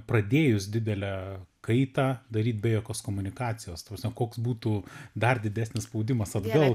pradėjus didelę kaitą daryt be jokios komunikacijos ta prasme koks būtų dar didesnis spaudimas atgal